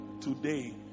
today